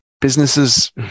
businesses